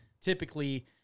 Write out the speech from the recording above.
typically